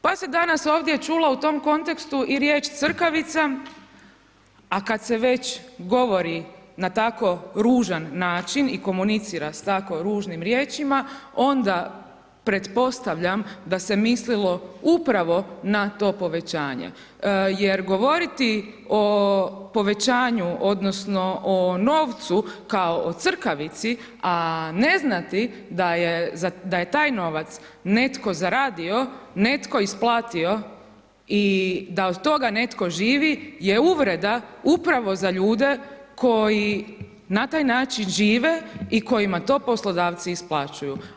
Pa se danas ovdje čulo u tom kontekstu i riječ „crkavica“, a kad se već govori na tako ružan način i komunicira sa tako ružnim riječima, onda pretpostavljam da se mislilo upravo na to povećanje, jer govoriti o povećanju odnosno o novcu kao o „crkavici“, a ne znati da je taj novac netko zaradio, netko isplatio i da od toga netko živi je uvreda upravo za ljude koji na taj način žive i kojima to poslodavci isplaćuju.